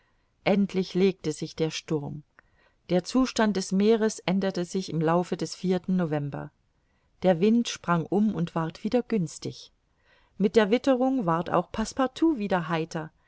endlich legte sich der sturm der zustand des meeres änderte sich im laufe des vierten november der wind sprang um und ward wieder günstig mit der witterung ward auch passepartout wieder heiter